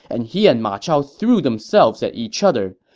and he and ma chao threw themselves at each other.